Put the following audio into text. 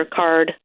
card